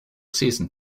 season